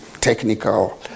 technical